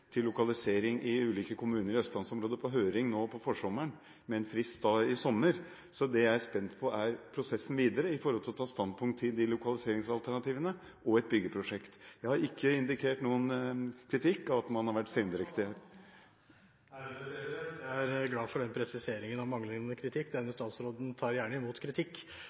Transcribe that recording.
til lokalisering i ulike kommuner i østlandsområdet på høring nå på forsommeren, med en frist i sommer. Så det jeg er spent på, er prosessen videre knyttet til å ta standpunkt til de lokaliseringsalternativene og et byggeprosjekt. Jeg har ikke indikert noen kritikk av at man har vært sendrektig her. Jeg er glad for den presiseringen av manglende kritikk. Denne statsråden tar gjerne imot kritikk,